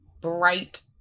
bright